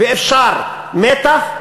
ואפשר מתח,